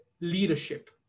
leadership